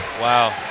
Wow